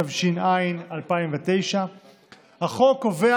התש"ע 2009. החוק קובע,